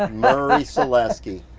ah murray so sielski,